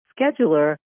scheduler